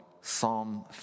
Psalm